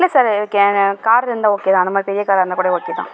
இல்லை சார் அது கார் இருந்தா ஓகே அந்தமாதிரி பெரிய காராக இருந்தாக்கூட ஓகேதான்